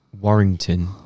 Warrington